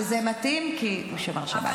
וזה מתאים כי הוא שומר שבת.